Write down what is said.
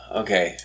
okay